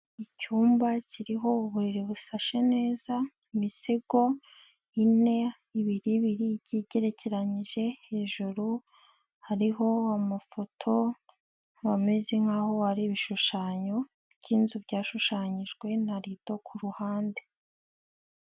Icyumba kiriho uburiri busashe neza, imisego ine ibiri ibiri igerekeranyije, hejuru hariho amafoto ameze nk'aho ari ibishushanyo by'inzu byashushanyijwe na lido ku ruhande.